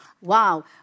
Wow